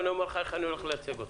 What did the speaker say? ואני אומר לך איך אני הולך לייצג אותך.